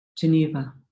Geneva